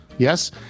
Yes